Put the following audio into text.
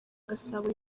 gasabo